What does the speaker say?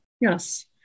Yes